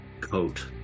coat